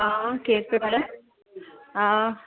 हा केर पियो ॻाल्हाए हा